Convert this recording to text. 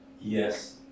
Yes